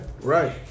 right